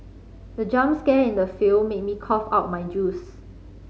the jump scare in the film made me cough out my juice